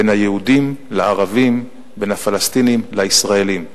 בין היהודים לערבים, בין הפלסטינים לישראלים.